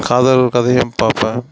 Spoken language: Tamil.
காதல் கதையும் பார்ப்பேன்